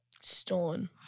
Stolen